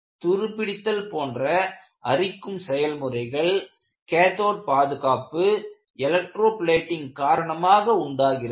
துருப்பிடித்தல் போன்ற அரிக்கும் செயல்முறைகள் கேதோட் பாதுகாப்பு மற்றும் எலக்ட்ரோபிளேட்டிங் காரணமாக உருவாகிறது